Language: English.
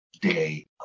day